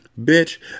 Bitch